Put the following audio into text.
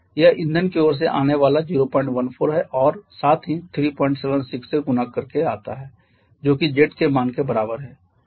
यह ईंधन की ओर से आने वाला 014 है और साथ ही 376 से गुणा करके आता है जो कि z के मान के बराबर है